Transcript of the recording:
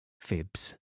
Fibs